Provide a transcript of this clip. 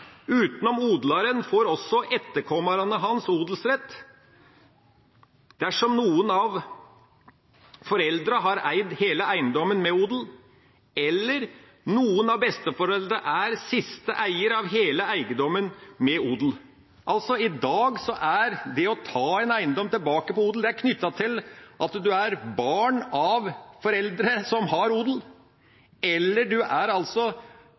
«Utanom odlaren får også etterkomarane hans odelsrett dersom nokon av foreldra har ått heile eigedomen med odel, eller nokon av besteforeldra er siste eigar av heile eigedomen med odel.» I dag er det å ta en eiendom tilbake på odel altså knyttet til at du er barn av foreldre som har odel, eller du er